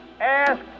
ask